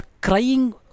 crying